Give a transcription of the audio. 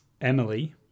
Emily